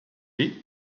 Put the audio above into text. les